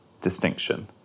distinction